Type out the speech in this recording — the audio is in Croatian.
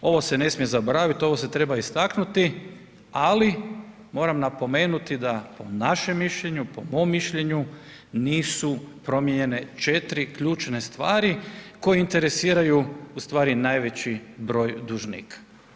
Ovo se ne smije zaboraviti, ovo se treba istaknuti, ali moram napomenuti da po našem mišljenju, po mom mišljenju nisu promijenjene četiri ključne stvari koje interesiraju najveći broj dužnika.